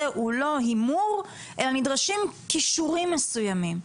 הוא לא הימור אלא נדרשים כישורים מסוימים.